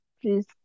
please